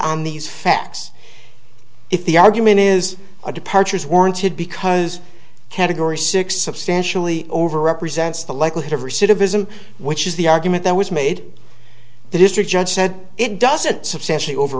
on these facts if the argument is a departure is warranted because category six substantially over represents the likelihood of recidivism which is the argument that was made the district judge said it doesn't substantially over